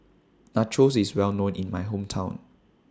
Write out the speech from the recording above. Nachos IS Well known in My Hometown